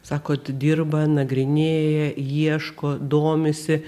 sakot dirba nagrinėja ieško domisi